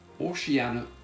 Oceania